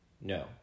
No